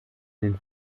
den